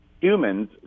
Humans